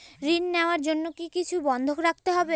ঋণ নেওয়ার জন্য কি কিছু বন্ধক রাখতে হবে?